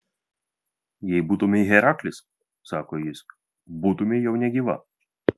jei tu būtumei heraklis sako jis būtumei jau negyva